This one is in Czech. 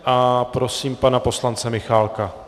A prosím pana poslance Michálka.